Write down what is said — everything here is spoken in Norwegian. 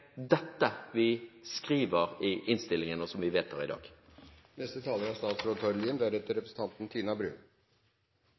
dette vi skriver i innstillingen, og som vi vedtar i dag. Jeg finner nok en gang grunn til å minne om at dette er